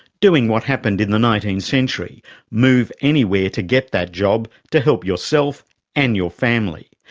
doing what happened in the nineteenth century move anywhere to get that job to help yourself and your family.